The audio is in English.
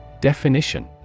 Definition